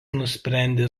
nusprendė